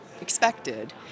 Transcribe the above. Expected